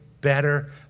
better